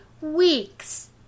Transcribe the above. weeks